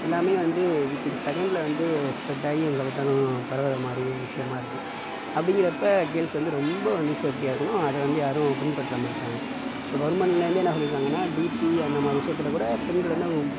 எல்லாமே வந்து within செகண்ட்டில் வந்து ஸ்பெர்ட் ஆயி எங்கே பார்த்தாலும் பரவுற மாதிரி விஷியமாக இருக்கும் அப்புடிங்குறப்போ கேர்ள்ஸ் வந்து ரொம்ப வந்து சேஃப்ட்டியாக இருக்கணும் அது வந்து யாரும் பின்பற்ற மாற்றங்க இப்போ கவுர்மெண்ட்டில் இருந்தே என்ன சொல்லி இருக்காங்கனா டிபி அந்த மாதிரி விஷயத்தில் கூட பெண்கள் வந்து அவங்க